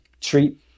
treat